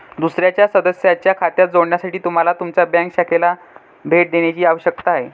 दुसर्या सदस्याच्या खात्यात जोडण्यासाठी तुम्हाला तुमच्या बँक शाखेला भेट देण्याची आवश्यकता आहे